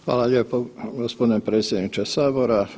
Hvala lijepo gospodine predsjedniče sabora.